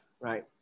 right